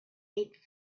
eight